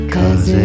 Cause